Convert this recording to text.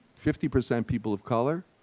fifty percent people of color,